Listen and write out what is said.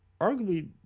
arguably